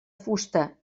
fusta